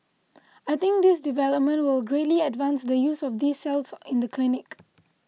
I think this development will greatly advance the use of these cells in the clinic